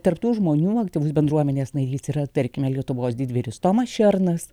tarp tų žmonių aktyvus bendruomenės narys yra tarkime lietuvos didvyris tomas šernas